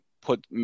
put